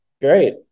Great